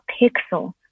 pixel